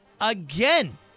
again